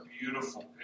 beautiful